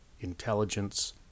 intelligence